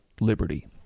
liberty